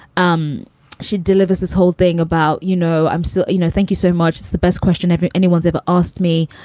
um she delivers this whole thing about, you know, i'm so you know. thank you so much. the best question ever anyone's ever asked me.